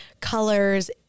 colors